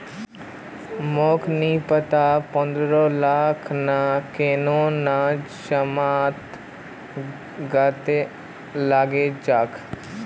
मोक नी पता राइर पौधा लाक केन न जमीनत लगा छेक